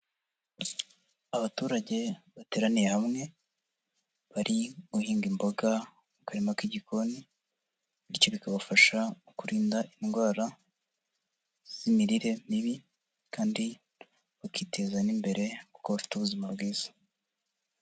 Abaturage bateraniye hamwe bari guhinga imboga mu karima k'igikoni, bityo bikabafasha mu kurinda indwara z'imirire mibi kandi bakiteza n'imbere kuko bafite ubuzima bwiza.